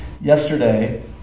yesterday